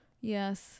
Yes